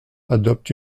adopte